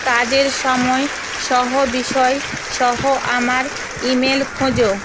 কাজের সময় সহ বিষয় সহ আমার ইমেল খোঁজো